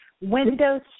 Windows